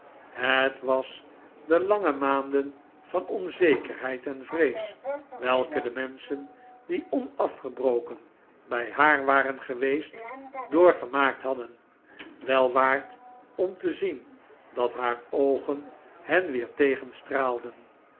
het was de lange maanden van onzekerheid en vrees welke de menschen die onafgebroken bij haar waren geweest doorgemaakt hadden wel waard om te zien dat haar oogen hen